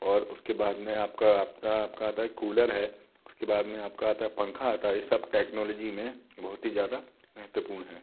और उसके बाद में आप का आप का आप का आता है कूलर उसके बाद में आप का आता है पंखा आता है ये सब टैक्नौलोजी में बहुत हि ज़्यादा महत्पूर्ण है